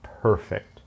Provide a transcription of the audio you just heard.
perfect